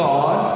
God